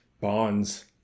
bonds